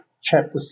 Chapter